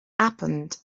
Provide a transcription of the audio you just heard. happened